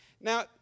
Now